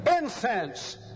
Incense